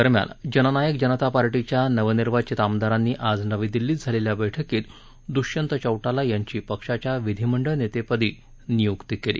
दरम्यान जननायक जनता पार्टीच्या नवनिर्वाचित आमदारांनी आज नवी दिल्लीत झालेल्या बैठकीत दृष्यन्त चौटाला यांची पक्षाच्या विधिमंडळ पक्षनेतेपदी नियुक्ती केली